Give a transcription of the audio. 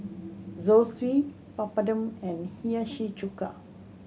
Zosui Papadum and Hiyashi Chuka